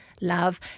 love